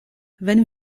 wenn